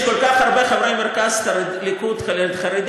יש כל כך הרבה חברי מרכז ליכוד חרדים,